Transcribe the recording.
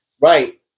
right